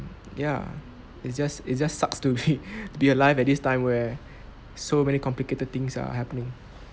ya it's just it's just sucks to be to be alive at this time where so many complicated things are happening